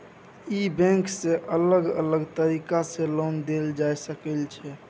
ई bank सँ अलग अलग तरीका सँ लोन देल जाए सकै छै